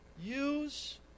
use